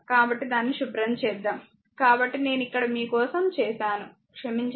కాబట్టి దాన్ని శుభ్రం చేద్దాం కాబట్టి నేను ఇక్కడ మీకోసం చేశాను క్షమించండి